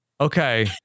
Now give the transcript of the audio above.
Okay